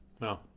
No